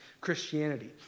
Christianity